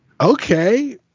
Okay